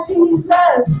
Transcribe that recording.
Jesus